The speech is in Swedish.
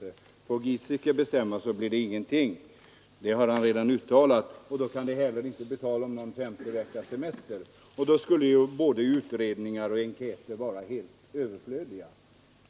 Får Giesecke i SAF bestämma så blir det ingenting, det har han redan uttalat. Då kan det heller inte bli tal om någon femte semestervecka, och då skulle ju både utredningar och enkäter vara överflödiga.